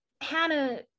Hannah